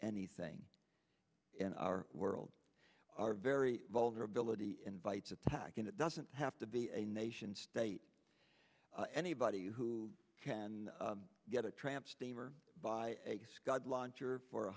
anything in our world our very vulnerability invites attack and it doesn't have to be a nation state a body who can get a tramp steamer buy a scud launcher for